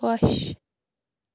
خۄش